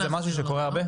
זה משהו שקורה הרבה?